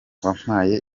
wampaye